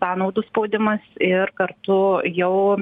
sąnaudų spaudimas ir kartu jau